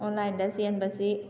ꯑꯣꯟꯂꯥꯏꯟꯗ ꯆꯦꯟꯕꯁꯤ